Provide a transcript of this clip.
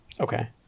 Okay